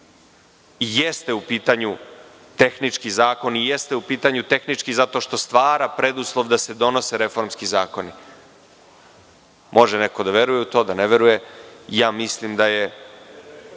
Jeste u pitanju tehnički zakon i jeste u pitanju tehnički zato što stvara preduslov da se donose reformski zakoni. Može neko da veruje u to, da ne veruje, mislim da je,